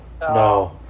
no